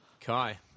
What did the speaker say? Kai